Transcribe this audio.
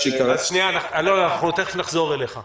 אלון, אנחנו תכף נחזור אליך.